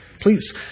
Please